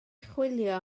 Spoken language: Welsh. chwilio